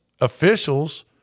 officials